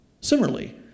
Similarly